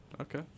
Okay